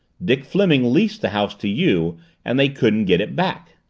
dick fleming leased the house to you and they couldn't get it back.